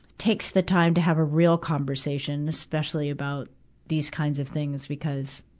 takes the time to have a real conversation, especially about these kinds of things because,